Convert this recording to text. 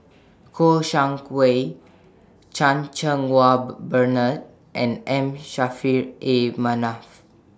Kouo Shang Wei Chan Cheng Wah Bernard and M Saffri A Manaf